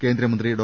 കേന്ദ്രമന്ത്രി ഡോ